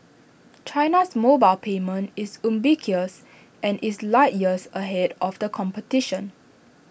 China's mobile payment is ubiquitous and is light years ahead of the competition